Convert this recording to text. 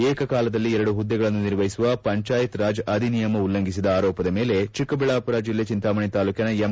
ಏಕಕಾಲದಲ್ಲಿ ಎರಡು ಹುದ್ದೆಗಳನ್ನು ನಿರ್ವಹಿಸುವ ಪಂಜಾಯತ್ರಾಜ್ ಅಧಿನಿಯಮ ಉಲ್ಲಂಘಿಸಿದ ಆರೋಪದ ಮೇಲೆ ಚಿಕ್ಕಬಳ್ಳಾಪುರ ಜಿಲ್ಲೆ ಚಿಂತಾಮಣಿ ತಾಲೂಕಿನ ಎಂ